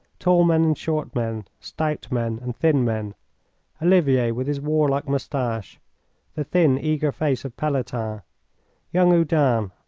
tall men and short men, stout men and thin men olivier, with his warlike moustache the thin, eager face of pelletan young oudin,